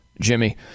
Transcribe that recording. Jimmy